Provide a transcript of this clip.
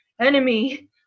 enemy